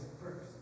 first